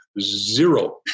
zero